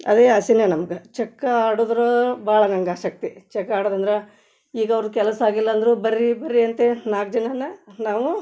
ಅದೇ ಆಸೆನೇ ನಮ್ಗೆ ಚಕ್ಕ ಆಡಿದ್ರೂ ಭಾಳ ನಂಗೆ ಆಸಕ್ತಿ ಚಕ್ಕ ಆಡೋದಂದ್ರೆ ಈಗ ಅವ್ರು ಕೆಲಸ ಆಗಿಲ್ಲಂದರೂ ಬನ್ರಿ ಬನ್ರಿ ಅಂತೇಳಿ ನಾಲ್ಕು ಜನನ್ನ ನಾವು